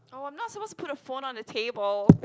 oh I'm not supposed to put the phone on the table